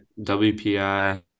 WPI